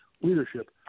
leadership